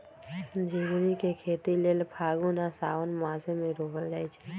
झिगुनी के खेती लेल फागुन आ साओंन मासमे रोपल जाइ छै